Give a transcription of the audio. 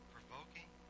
Provoking